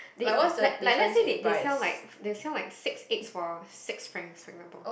they like like let's say they sells like they sell like six eggs for six francs for example